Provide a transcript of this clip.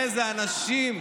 אילו אנשים.